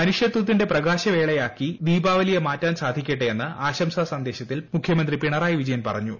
മനുഷ്യത്തിന്റെ പ്രകാശ വേളയാക്കി ദീപാവലിയെ മാറ്റാൻ സാധിക്കട്ടെയെന്ന് ആശംസാ സന്ദേശത്തിൽ മുഖ്യമന്ത്രി പിണറായി വിജയൻ പറഞ്ഞു